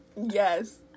Yes